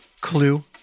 clue